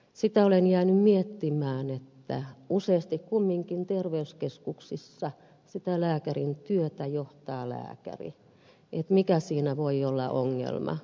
sitä olen jäänyt miettimään että useasti kumminkin terveyskeskuksissa sitä lääkärin työtä johtaa lääkäri mikä siinä voi olla ongelma